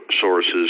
sources